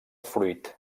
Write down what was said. fruit